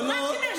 רק נשים צווחות.